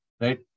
right